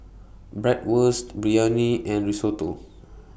Bratwurst Biryani and Risotto